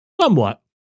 Somewhat